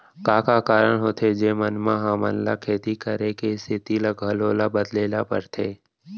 का का कारण होथे जेमन मा हमन ला खेती करे के स्तिथि ला घलो ला बदले ला पड़थे?